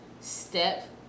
step